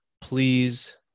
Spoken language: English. Please